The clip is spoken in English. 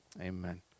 Amen